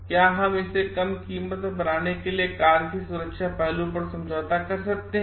क्या हम इसे कम कीमत में बनाने के लिए कार के सुरक्षा पहलू पर समझौता कर सकते हैं